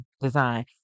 design